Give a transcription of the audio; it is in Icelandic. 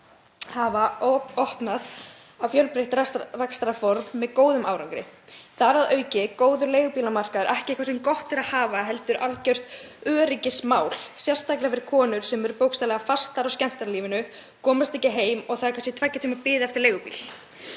hafa opnað á fjölbreytt rekstrarform með góðum árangri. Þar að auki er góður leigubílamarkaður ekki eitthvað sem gott er að hafa heldur algjört öryggismál, sérstaklega fyrir konur sem eru bókstaflega fastar á skemmtanalífinu, komast ekki heim og það er kannski tveggja tíma bið eftir leigubíl.